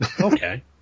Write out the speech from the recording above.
okay